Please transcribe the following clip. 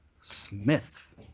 Smith